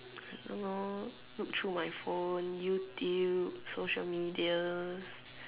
you know look through my phone YouTube social media